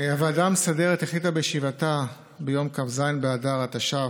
הוועדה המסדרת החליטה בישיבתה ביום כ"ז באדר התש"ף,